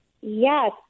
Yes